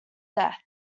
death